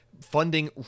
funding